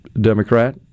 Democrat